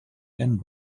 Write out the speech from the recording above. and